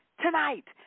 tonight